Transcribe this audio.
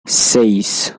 seis